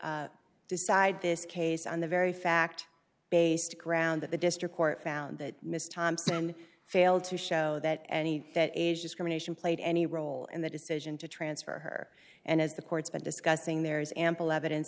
decide this case on the very fact based ground that the district court found that miss thompson failed to show that any that age discrimination played any role in the decision to transfer her and as the court's been discussing there is ample evidence